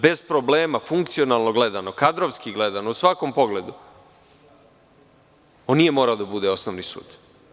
Bez problema, funkcionalno gledano, kadrovski gledano, u svakom pogledu, on nije morao da bude osnovni sud.